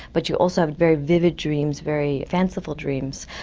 but you also have very vivid dreams, very fanciful dreams,